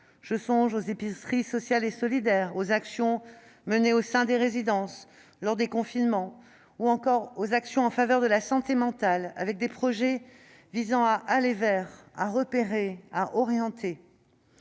Je songe aux épiceries sociales et solidaires, aux actions menées au sein des résidences universitaires lors des confinements ou encore aux actions en faveur de la santé mentale avec des projets visant à « aller vers », à repérer et à orienter.